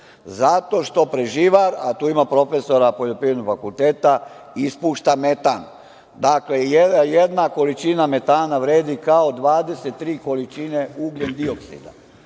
zato što je preživar, a tu ima profesora poljoprivrednog fakulteta, ispušta metan. Dakle, jedna količina metana vredi kao 23 količine ugljendioksida,